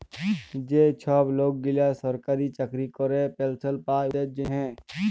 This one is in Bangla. যে ছব লকগুলা সরকারি চাকরি ক্যরে পেলশল পায় উয়াদের জ্যনহে